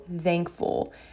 thankful